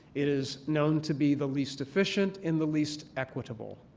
it is known to be the least efficient and the least equitable.